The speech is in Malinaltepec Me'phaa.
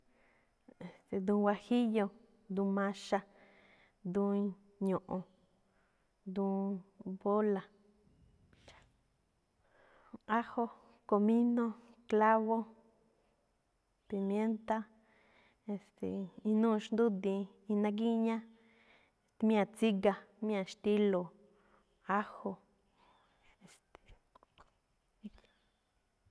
Duun huajillo, duun maxa, duun ño̱ꞌo̱n, duun bola. ajo, comino, clavo, pimienta, inúu xndúdiin, iná gíñá, míña̱ tsíga, míña̱ xtílo̱o̱, ajo.